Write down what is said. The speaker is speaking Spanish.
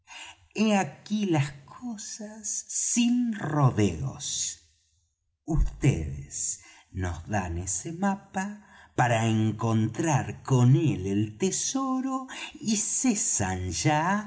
he aquí las cosas sin rodeos vds nos dan ese mapa para encontrar con él el tesoro y cesan ya